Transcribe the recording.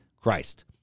Christ